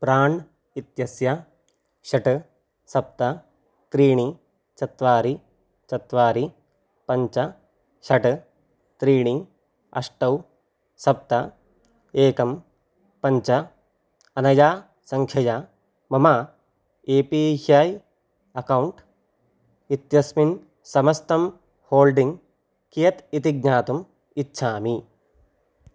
प्राण् इत्यस्य षट् सप्त त्रीणि चत्वारि चत्वारि पञ्च षट् त्रीणि अष्टौ सप्त एकं पञ्च अनया सङ्ख्यया मम ए पी ह्याय् अकौण्ट् इत्यस्मिन् समस्तं होल्डिङ्ग् कियत् इति ज्ञातुम् इच्छामि